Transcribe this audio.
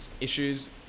issues